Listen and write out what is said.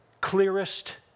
clearest